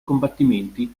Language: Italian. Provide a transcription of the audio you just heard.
combattimenti